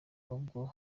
ubwo